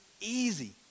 easy